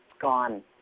gone